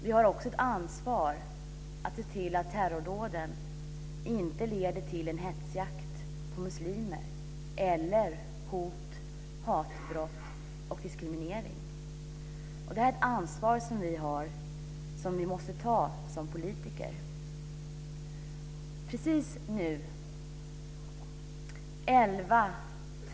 Vi har också ett ansvar för att se till att terrordåden inte leder till en hetsjakt på muslimer, till hot, hat eller diskriminering. Det är ett ansvar som vi som politiker måste ta. Precis nu, kl.